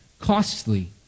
costly